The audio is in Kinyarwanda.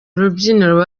rubyiniro